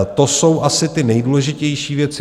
To jsou asi ty nejdůležitější věci.